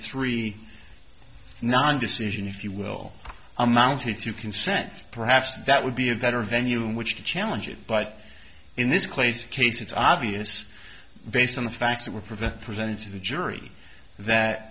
three non decision if you will amounted to consent perhaps that would be a better venue in which to challenge it but in this place case it's obvious based on the facts that were present presented to the jury that